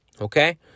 okay